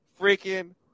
freaking